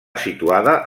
situada